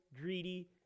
greedy